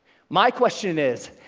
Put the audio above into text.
my question is,